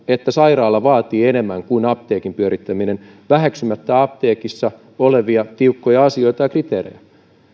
että sairaala vaatii enemmän kuin apteekin pyörittäminen väheksymättä apteekissa olevia tiukkoja asioita ja kriteereitä